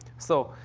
so,